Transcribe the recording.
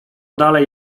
dalej